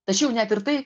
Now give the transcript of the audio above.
tai čia jau net ir tai